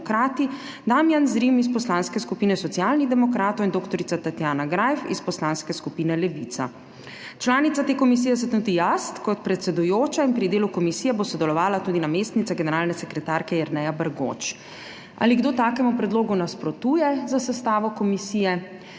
Damijan Zrim iz Poslanske skupine Socialnih demokratov in dr. Tatjana Greif iz Poslanske skupine Levica. Članica te komisije sem tudi jaz kot predsedujoča in pri delu komisije bo sodelovala tudi namestnica generalne sekretarke Jerneja Bergoč. Ali kdo takemu predlogu nasprotuje, za sestavo komisije?